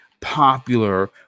popular